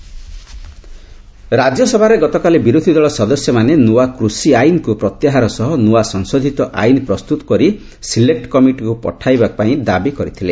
Rajya Sabha discussion ରାଜ୍ୟସଭାରେ ଗତକାଲି ବିରୋଧୀ ଦଳ ସଦସ୍ୟମାନେ ନୂଆ କୃଷି ଆଇନ୍କୁ ପ୍ରତ୍ୟାହାର ସହ ନୂଆ ସଂଶୋଧିତ ଆଇନ୍ ପ୍ରସ୍ତୁତ କରି ସିଲେକୁ କମିଟି ନିକଟକୁ ପଠାଇବା ପାଇଁ ଦାବି କରିଥିଲେ